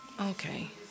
okay